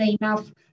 enough